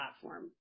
platform